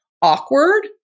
awkward